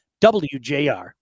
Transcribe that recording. WJR